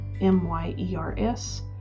M-Y-E-R-S